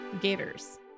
Gators